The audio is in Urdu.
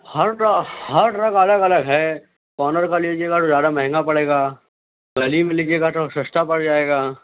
ہر طرح ہر طرح کا الگ الگ ہے کارنر کا لیجیے گا تو زیادہ مہنگا پڑے گا گلی میں لیجیے گا تو اور سستا پڑ جائے گا